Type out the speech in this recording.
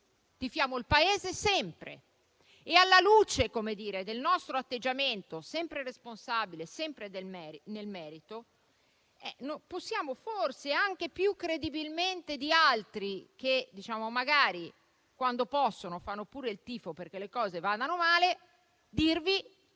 tifiamo per il Paese sempre e alla luce del nostro atteggiamento sempre responsabile, sempre nel merito, possiamo forse, anche più credibilmente di altri (che magari, quando possono, fanno pure il tifo perché le cose vadano male), dirvi